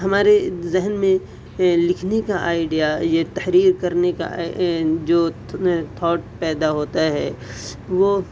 ہمارے ذہن میں لکھنے کا آئیڈیا یہ تحریر کرنے کا جو تھاٹ پیدا ہوتا ہے وہ